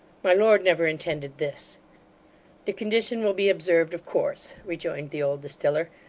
my lord never intended this the condition will be observed, of course rejoined the old distiller.